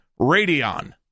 Radeon